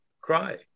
cry